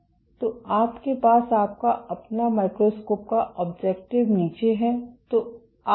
तो आपके पास आपका अपना माइक्रोस्कोप का objective नीचे है